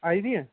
आई दी ऐ